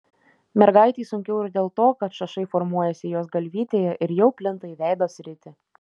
mergaitei sunkiau ir dėl to kad šašai formuojasi jos galvytėje ir jau plinta į veido sritį